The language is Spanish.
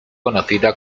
conocida